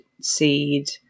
seed